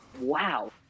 wow